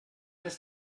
ist